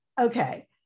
Okay